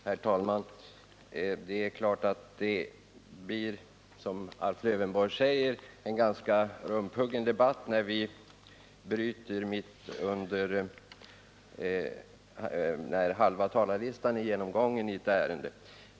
Herr talman! Det är klart att det, som Alf Lövenborg säger, blir en ganska rumphuggen debatt när vi bryter då halva talarlistan är genomgången i ett ärende.